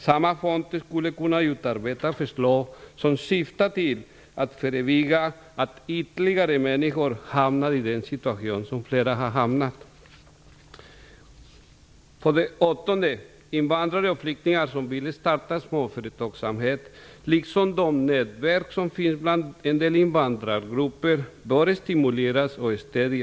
Samma fond skulle kunna utarbeta förslag som syftar till att förebygga att ytterligare människor hamnar i en sådan situation. För det åttonde: Invandrare och flyktingar som vill starta småföretagsamhet, liksom nätverk som finns bland en del invandrargrupper, bör stimuleras och stöjdas.